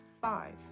five